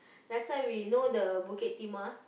that's why we know the Bukit-Timah